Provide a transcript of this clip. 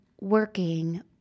working